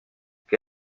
que